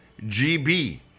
GB